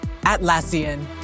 Atlassian